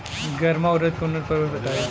गर्मा उरद के उन्नत प्रभेद बताई?